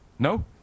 No